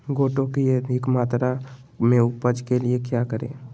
गोटो की अधिक मात्रा में उपज के लिए क्या करें?